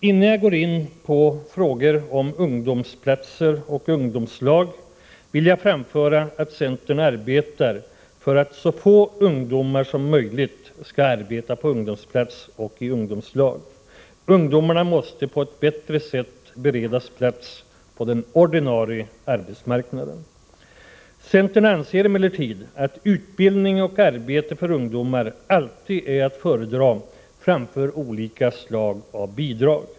Innan jag går in på frågor som rör ungdomsplatser och ungdomslag vill jag framföra att centern verkar för att så få ungdomar som möjligt skall arbeta på ungdomsplats och i ungdomslag. Ungdomarna måste på ett bättre sätt beredas plats på den ordinarie arbetsmarknaden. Centern anser emellertid att utbildning och arbete för ungdomar alltid är att föredra framför olika slag av bidrag.